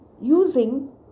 using